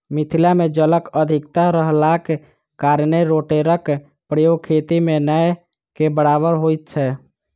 मिथिला मे जलक अधिकता रहलाक कारणेँ रोटेटरक प्रयोग खेती मे नै के बराबर होइत छै